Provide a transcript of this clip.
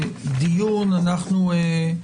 שלום לכולם,